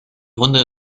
hunde